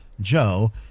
Joe